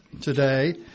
today